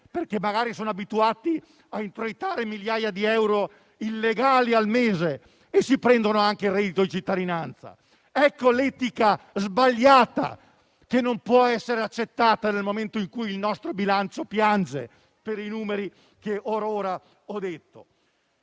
perché magari sono abituati a introitare migliaia di euro illegali al mese (e si prendono anche il reddito di cittadinanza). Ecco l'etica sbagliata, che non può essere accettata nel momento in cui il nostro bilancio piange per i numeri che or ora ho detto.